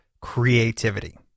creativity